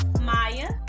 Maya